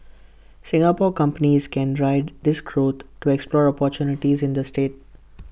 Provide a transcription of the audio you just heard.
Singapore companies can ride this cord to explore opportunities in the state